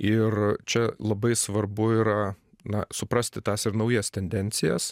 ir čia labai svarbu yra na suprasti tas ir naujas tendencijas